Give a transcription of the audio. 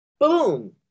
Boom